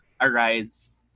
arise